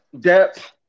Depth